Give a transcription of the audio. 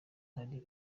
hari